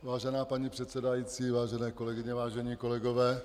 Vážená paní předsedající, vážené kolegyně, vážení kolegové.